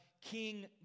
King